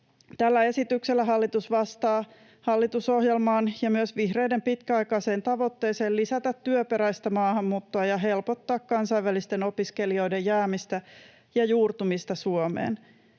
Tällä esityksellä hallitus vastaa hallitusohjelmaan ja myös vihreiden pitkäaikaiseen tavoitteeseen lisätä työperäistä maahanmuuttoa ja helpottaa kansainvälisten opiskelijoiden jäämistä ja juurtumista Suomeen.